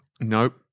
Nope